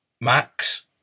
Max